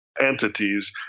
entities